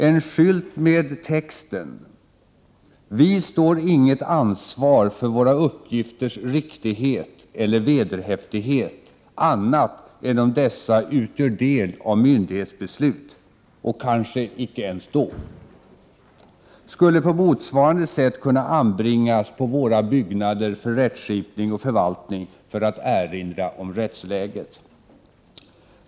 En skylt med texten ”vi står inget ansvar för våra uppgifters riktighet eller vederhäftighet annat än om dessa utgör del av myndighetsbeslut och kanske icke ens då” skulle på motsvarande sätt kunna anbringas på våra byggnader för rättskipning och förvaltning för att erinra om rättsläget.